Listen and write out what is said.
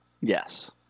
Yes